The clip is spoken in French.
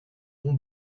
ton